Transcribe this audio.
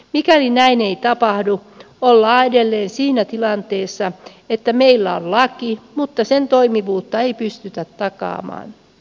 mikäli näin ei tapahdu ollaan edelleen siinä tilanteessa että meillä on laki mutta sen toimivuutta ei pystytä takaamaan